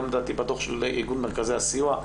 לדעתי גם בדוח של איגוד מרכזי הסיוע.